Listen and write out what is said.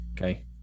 Okay